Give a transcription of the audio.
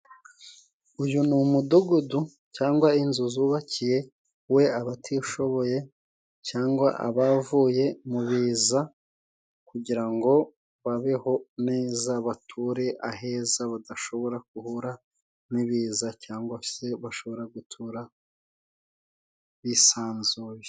Uyu ni umudugudu cyangwa inzu zubakiyewe abatishoboye cyangwa abavuye mu biza kugira ngo babeho neza bature aheza badashobora guhura n'ibiza cyangwa se bashobora gutura bisanzuye.